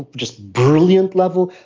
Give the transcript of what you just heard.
just brilliant level,